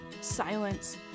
silence